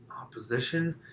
opposition